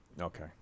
Okay